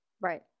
Right